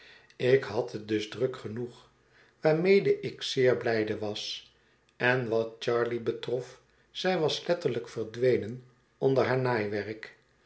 ik had het dus druk genoeg waarmede ik zeer blijde was en wat charley betrof zij was letterlijk verdwenen onder haar naaiwerk